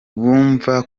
bumva